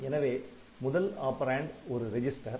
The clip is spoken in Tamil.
எனவே முதல் ஆப்பரேன்ட் ஒரு ரெஜிஸ்டர்